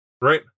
Right